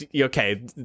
Okay